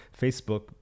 Facebook